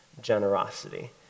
generosity